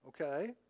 okay